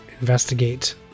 investigate